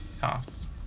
cost